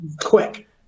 quick